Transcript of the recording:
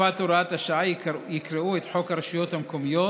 בתקופת הוראת השעה יקראו את חוק הרשויות המקומיות